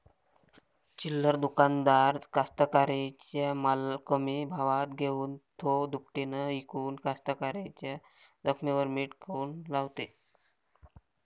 चिल्लर दुकानदार कास्तकाराइच्या माल कमी भावात घेऊन थो दुपटीनं इकून कास्तकाराइच्या जखमेवर मीठ काऊन लावते?